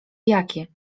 jakie